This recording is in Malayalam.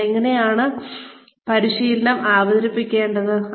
ഞങ്ങൾ എങ്ങനെയാണ് പരിശീലനം അവതരിപ്പിക്കുന്നത്